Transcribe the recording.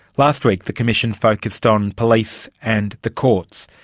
last week the commission focused on police and the courts.